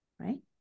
Right